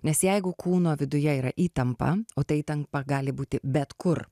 nes jeigu kūno viduje yra įtampa o ta įtampa gali būti bet kur